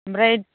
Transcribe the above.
ओमफ्राय